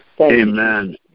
Amen